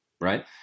right